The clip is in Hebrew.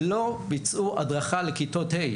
לא ביצעו הדרכה לכיתות ה'.